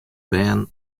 bern